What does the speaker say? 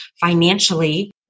financially